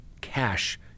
cash